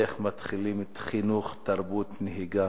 איך מתחילים חינוך לתרבות נהיגה.